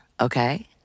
Okay